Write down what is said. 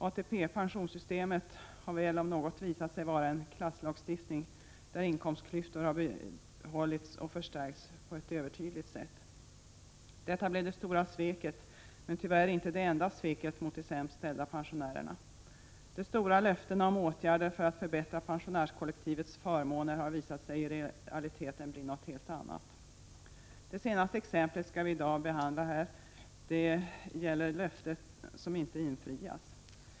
ATP-systemet har väl om något visat sig vara en klasslagstiftning, där inkomstklyftor har behållits och förstärkts på ett övertydligt sätt. Detta blev det stora sveket, men tyvärr inte det enda sveket mot de sämst ställda pensionärerna. De stora löftena om åtgärder för att förbättra pensionärskollektivets förmåner har visat sig i realiteten bli något helt annat. Det senaste exemplet skall vi behandla här i dag. Det gäller löften som inte infrias.